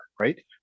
right